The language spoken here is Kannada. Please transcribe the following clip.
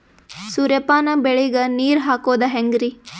ಸೂರ್ಯಪಾನ ಬೆಳಿಗ ನೀರ್ ಹಾಕೋದ ಹೆಂಗರಿ?